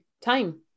time